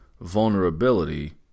vulnerability